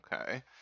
Okay